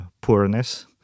poorness